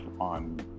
on